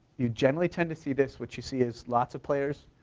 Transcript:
you generally tend to see this, what you see is lots of players.